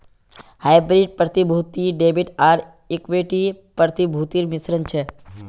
hybrid प्रतिभूति debit आर equity प्रतिभूतिर मिश्रण छ